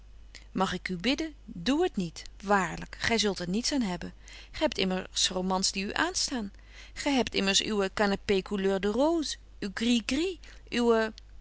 mag ik u bidden doe het niet waarlyk gy zult er niets aan hebben gy hebt immers romans die u aanstaan gy betje wolff en aagje deken historie van mejuffrouw sara burgerhart hebt immers uwe canapé couleur de rose